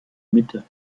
mitte